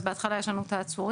אז בהתחלה יש לנו את העצורים,